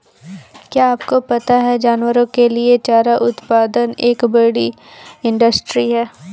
क्या आपको पता है जानवरों के लिए चारा उत्पादन एक बड़ी इंडस्ट्री है?